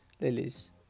Lilies